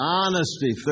honesty